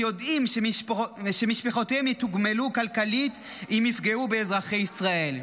שיודעים שמשפחותיהם יתוגמלו כלכלית אם יפגעו באזרחי ישראל.